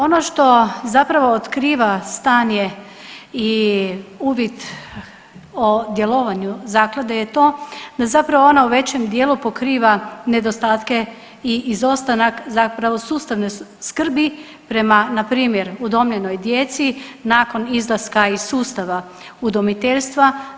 Ono što zapravo otkriva stanje i uvid o djelovanju zaklade je to da zapravo ona u većem dijelu pokriva nedostatke i izostanak zapravo sustavne skrbi prema na primjer udomljenoj djeci nakon izlaska iz sustava udomiteljstva.